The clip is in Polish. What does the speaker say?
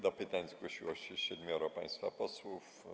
Do pytań zgłosiło się siedmioro państwa posłów.